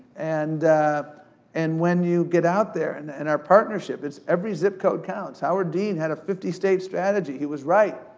and and when you get out there, and and our partnership it's, every zip code counts, howard dean had a fifty state strategy, he was right.